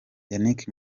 yannick